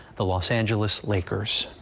the los angeles lakers.